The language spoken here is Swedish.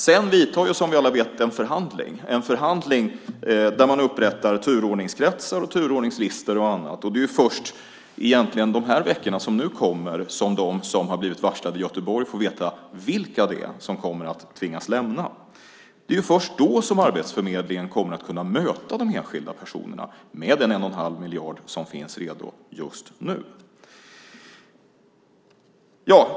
Sedan vidtar en förhandling där man upprättar turordningskretsar, turordningslistor och annat. Det är först under kommande veckor som de som har blivit varslade i Göteborg får veta vilka det är som kommer att tvingas lämna. Det är först då som Arbetsförmedlingen kommer att kunna möta de enskilda personerna med den 1 1⁄2 miljard som finns redo just nu.